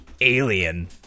alien